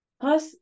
Plus